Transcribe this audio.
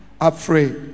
Afraid